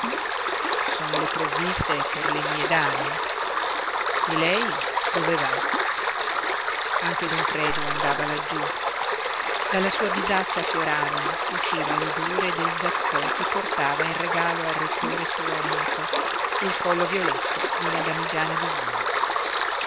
son le provviste per le mie dame e lei dove va anche don predu andava laggiú dalla sua bisaccia a fiorami usciva l'odore del gattò che portava in regalo al rettore suo amico e il collo violetto di una damigiana